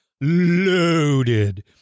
loaded